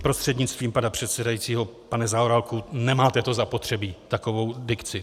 Prostřednictvím pana předsedajícího pane Zaorálku, nemáte to zapotřebí, takovou dikci.